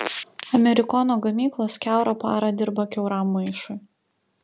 amerikono gamyklos kiaurą parą dirba kiauram maišui